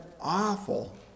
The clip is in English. awful